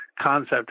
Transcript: concept